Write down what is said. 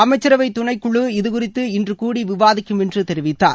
அமைச்சரவை துணைக்குழு இதுகுறித்து இன்று கூடி விவாதிக்கும் என்று தெரிவித்தார்